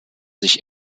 sich